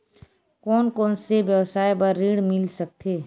कोन कोन से व्यवसाय बर ऋण मिल सकथे?